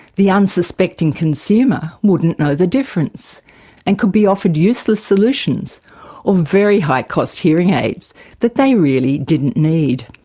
the unsuspecting consumer wouldn't know the difference and could be offered useless solutions or very high-cost hearing aids that they really didn't need.